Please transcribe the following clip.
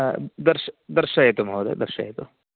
दर्शय दर्शयतु महोदय दर्शयतु